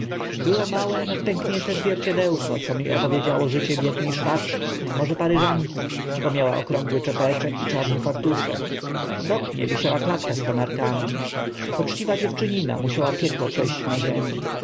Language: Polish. było małe nadpęknięte zwierciadełko co mi opowiedziało życie biedne szwaczki może paryżanki bo miała okrągły czepeczek i czarny fartuszek w oknie wisiała klatka z kanarkami poczciwa dziewczynina musiała piekło prze ść na ziemi